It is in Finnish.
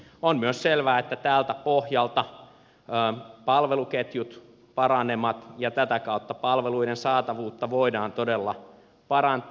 on myös selvää että tältä pohjalta palveluketjut paranevat ja tätä kautta palveluiden saatavuutta voidaan todella parantaa